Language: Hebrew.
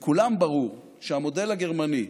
לכולם ברור שהמודל הגרמני,